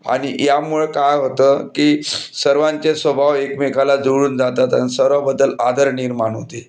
आणि यामुळं काय होतं की सर्वांचे स्वभाव एकमेकाला जुळून जातात आणि सर्वाबद्दल आदर निर्माण होते